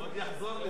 הוא עוד יחזור לזה.